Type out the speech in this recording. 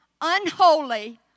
unholy